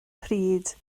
pryd